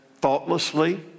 thoughtlessly